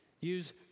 Use